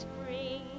spring